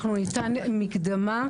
אנחנו ניתן מקדמה,